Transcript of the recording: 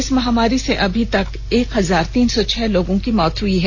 इस महामारी से अभी तक एक हजार तीन सौ छह लोगों की मौत हुई है